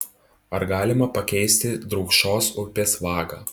ar galima pakeisti drūkšos upės vagą